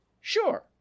Sure